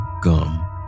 gum